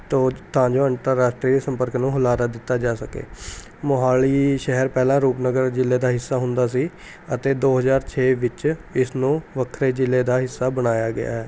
ਤਾਂ ਜੋ ਅੰਤਰਰਾਸ਼ਟਰੀ ਸੰਪਰਕ ਨੂੰ ਹੁਲਾਰਾ ਦਿੱਤਾ ਜਾ ਸਕੇ ਮੋਹਾਲੀ ਸ਼ਹਿਰ ਪਹਿਲਾ ਰੂਪਨਗਰ ਜ਼ਿਲ੍ਹੇ ਦਾ ਹਿੱਸਾ ਹੁੰਦਾ ਸੀ ਅਤੇ ਦੋ ਹਜ਼ਾਰ ਛੇ ਵਿੱਚ ਇਸ ਨੂੰ ਵੱਖਰੇ ਜ਼ਿਲ੍ਹੇ ਦਾ ਹਿੱਸਾ ਬਣਾਇਆ ਗਿਆ ਹੈ